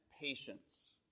patience